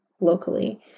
locally